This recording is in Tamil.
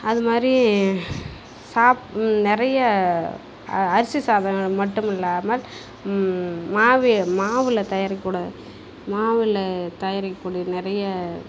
அதுமாதிரி சாப் நிறைய அரிசி சாதங்கள் மட்டும் இல்லாமல் மாவு மாவில் தயாரிக்கூடிய மாவில் தயாரிக்கூடியது நிறைய